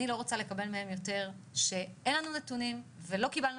אני לא רוצה לקבל מהם יותר ש'אין לנו נתונים' ו'לא קיבלנו